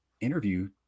interview